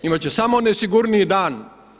Imati će samo nesigurniji dan.